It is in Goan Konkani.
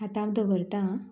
आतां हांव दवरता आं